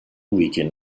weaken